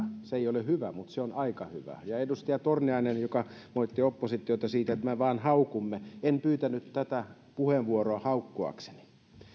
se ei ole hyvä mutta se on aika hyvä ja edustaja torniaiselle joka moitti oppositiota siitä että me vain haukumme en pyytänyt tätä puheenvuoroa haukkuakseni